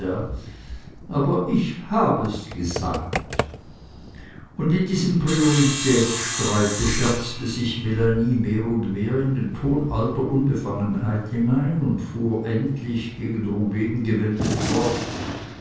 aber ich hab es gesagt und in diesem prioritätsstreite scherzte sich melanie mehr und mehr in den ton alter unbefangenheit hinein und fuhr endlich gegen rubehn gewendet fort